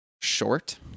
short